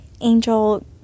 angel